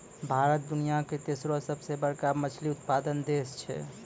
भारत दुनिया के तेसरो सभ से बड़का मछली उत्पादक देश छै